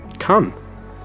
come